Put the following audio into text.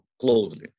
closely